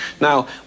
Now